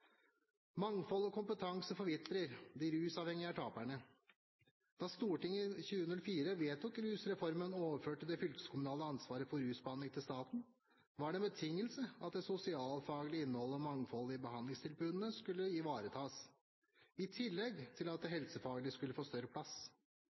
Mangfold og kompetanse forvitrer. De rusavhengige er taperne. Da Stortinget i 2003 vedtok Rusreformen – iverksatt i 2004 – og overførte det fylkeskommunale ansvaret for rusbehandling til staten, var det en betingelse at det sosialfaglige innholdet og mangfoldet i behandlingstilbudene skulle ivaretas, i tillegg til at det